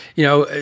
you know,